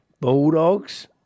Bulldogs